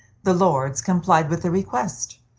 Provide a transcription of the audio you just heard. the lords complied with the request.